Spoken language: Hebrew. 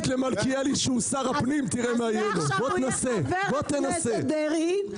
עכשיו יהיה חבר כנסת דרעי,